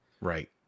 right